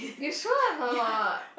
you sure or not